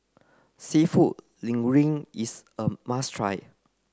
Seafood Linguine is a must try